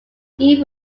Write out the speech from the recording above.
ski